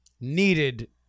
needed